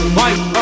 White